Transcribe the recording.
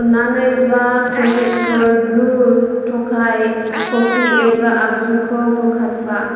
अन्नानै बा पेकेटफोर ब्लु टकाइ कफि एवग्रा आगजुखौ बोखारफा